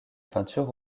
peinture